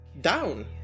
Down